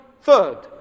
third